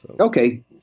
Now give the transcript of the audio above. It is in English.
Okay